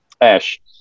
Ash